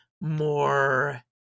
more